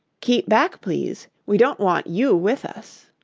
keep back, please we don't want you with us!